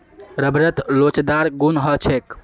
रबरत लोचदार गुण ह छेक